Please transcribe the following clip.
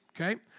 okay